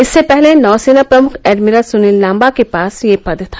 इससे पहले नौसेना प्रमुख एडमिरल सुनील लाम्बा के पास यह पद था